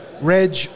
Reg